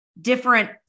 different